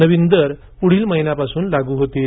नवीन दर पुढील महिन्यापासून लागू होतील